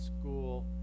school